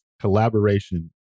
collaboration